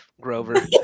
Grover